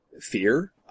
fear